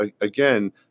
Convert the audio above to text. again